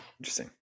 Interesting